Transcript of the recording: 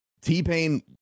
t-pain